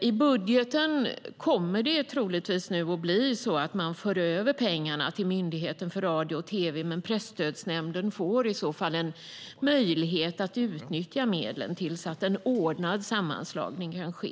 I budgeten kommer det nu troligtvis att bli så att man för över pengarna till Myndigheten för radio och tv men att Presstödsnämnden i så fall får möjlighet att utnyttja medlen tills en ordnad sammanslagning kan ske.